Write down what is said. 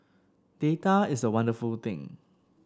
data is a wonderful thing